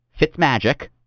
Fitzmagic